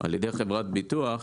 על ידי חברת ביטוח,